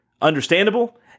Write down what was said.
understandable